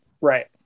Right